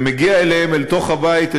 זה מגיע אליהם אל תוך הבית,